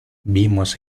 vimos